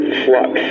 flux